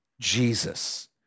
Jesus